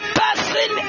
person